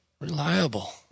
reliable